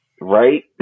Right